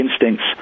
instincts